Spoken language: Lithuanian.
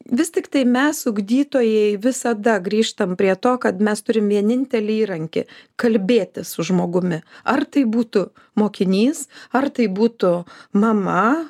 vis tiktai mes ugdytojai visada grįžtam prie to kad mes turim vienintelį įrankį kalbėtis su žmogumi ar tai būtų mokinys ar tai būtų mama